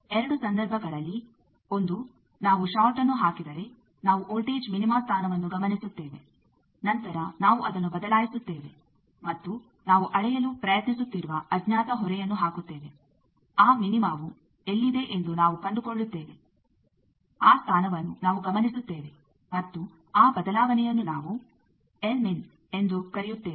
ಎರಡು ಸಂದರ್ಭಗಳಲ್ಲಿ ಒಂದು ನಾವು ಷಾರ್ಟ್ಅನ್ನು ಹಾಕಿದರೆ ನಾವು ವೋಲ್ಟೇಜ್ ಮಿನಿಮಾ ಸ್ಥಾನವನ್ನು ಗಮನಿಸುತ್ತೇವೆ ನಂತರ ನಾವು ಅದನ್ನು ಬದಲಾಯಿಸುತ್ತೇವೆ ಮತ್ತು ನಾವು ಅಳೆಯಲು ಪ್ರಯತ್ನಿಸುತ್ತಿರುವ ಅಜ್ಞಾತ ಹೊರೆಯನ್ನು ಹಾಕುತ್ತೇವೆ ಆ ಮಿನಿಮಾವು ಎಲ್ಲಿದೆ ಎಂದು ನಾವು ಕಂಡುಕೊಳ್ಳುತ್ತೇವೆ ಆ ಸ್ಥಾನವನ್ನು ನಾವು ಗಮನಿಸುತ್ತೇವೆ ಮತ್ತು ಆ ಬದಲಾವಣೆಯನ್ನು ನಾವು ಎಂದು ಕರೆಯುತ್ತೇವೆ